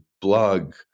blog